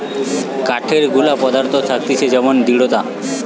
কাঠের অনেক গুলা পদার্থ গুনাগুন থাকতিছে যেমন দৃঢ়তা